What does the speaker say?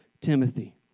Timothy